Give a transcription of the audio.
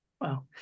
Wow